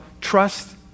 Trust